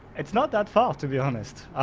it's not that far, to be honest.